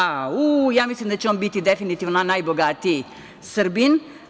Au, ja mislim da će on biti definitivno najbogatiji Srbin.